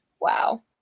wow